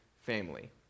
family